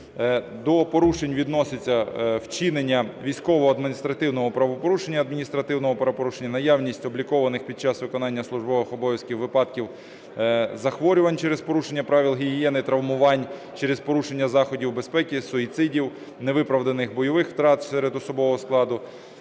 До порушень відносяться: вчинення військового адміністративного правопорушення, адміністративного правопорушення, наявність облікованих під час виконання службових обов'язків випадків захворювань через порушення правил гігієни, травмувань, через порушення заходів безпеки, суїцидів, невиправданих бойових втрат серед особового складу,